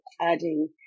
adding